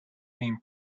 being